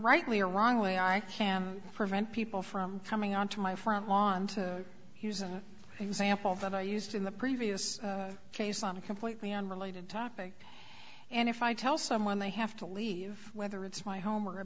rightly or wrongly i can prevent people from coming onto my front lawn to use an example that i used in the previous case on a completely unrelated topic and if i tell someone they have to leave whether it's my home or a